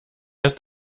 ist